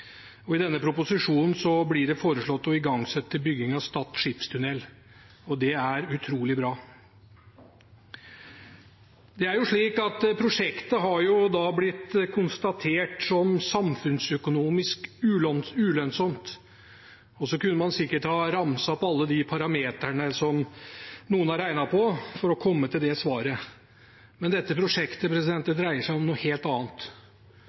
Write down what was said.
Stadlandet. I denne proposisjonen blir det foreslått å igangsette byggingen av Stad skipstunnel, og det er utrolig bra. Det er slik at prosjektet har blitt konstatert som samfunnsøkonomisk ulønnsomt. Så kunne man sikkert ha ramset opp alle de parameterne som noen har regnet på for å komme til det svaret, men dette prosjektet dreier seg om noe helt annet.